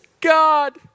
God